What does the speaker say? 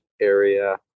area